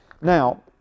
Now